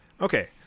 Okay